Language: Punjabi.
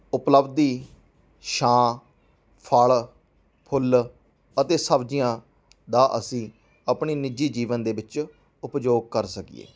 ਉਪਲਬਧੀ ਛਾਂ ਫਲ ਫੁੱਲ ਅਤੇ ਸਬਜ਼ੀਆਂ ਦਾ ਅਸੀਂ ਆਪਣੀ ਨਿੱਜੀ ਜੀਵਨ ਦੇ ਵਿੱਚ ਉਪਯੋਗ ਕਰ ਸਕੀਏ